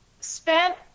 spent